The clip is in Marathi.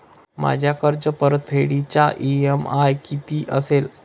माझ्या कर्जपरतफेडीचा इ.एम.आय किती असेल?